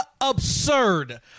Absurd